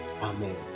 Amen